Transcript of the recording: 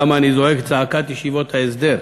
למה אני זועק את צעקת ישיבות ההסדר.